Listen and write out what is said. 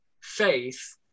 faith